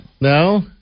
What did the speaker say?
No